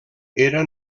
era